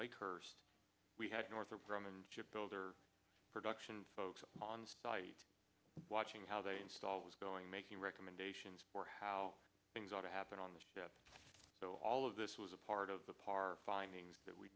lakehurst we had northrop grumman ship builder production folks on study watching how they installed was going making recommendations for how things ought to happen on the ship so all of this was a part of the par finding that we